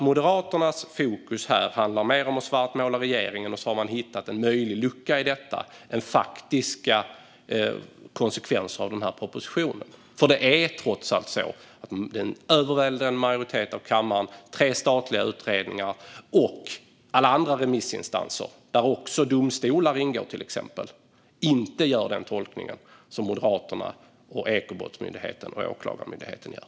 Moderaternas fokus här handlar alltså mer om att svartmåla regeringen - man har hittat en möjlig lucka i detta - än om att det finns faktiska konsekvenser av denna proposition. Det är trots allt så att en övervägande majoritet av kammaren, tre statliga utredningar och alla andra remissinstanser, där också till exempel domstolar ingår, inte gör den tolkning som Moderaterna, Ekobrottsmyndigheten och Åklagarmyndigheten gör.